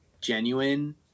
genuine